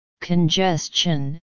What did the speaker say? congestion